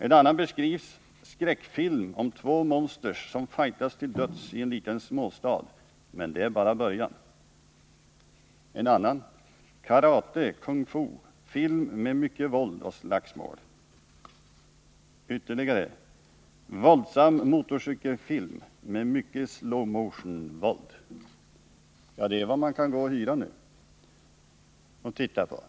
En annan film beskrivs på följande sätt: ”Skräckfilm om två monster som fightas till döds i en liten småstad men det är bara början.” En annan film beskrivs: ”Karate— Kung Fu film med mycket våld och slagsmål.” Vidare: ”Våldsam motorcykelfilm med mycket slow-motion våld.” Detta är vad man nu kan hyra och titta på.